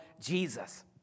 Jesus